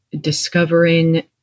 discovering